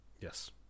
Yes